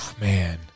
Man